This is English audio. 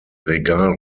regal